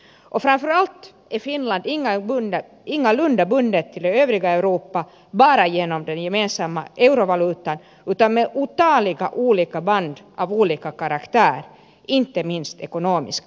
och framför allt är finland ingalunda bundet till det övriga europa bara genom den gemensamma eurovalutan utan med otaliga olika band av olika karaktär inte minst ekonomiska